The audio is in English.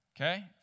Okay